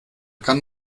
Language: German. kann